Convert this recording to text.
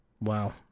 Wow